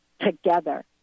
together